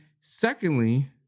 Secondly